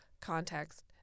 context